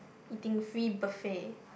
eating free buffet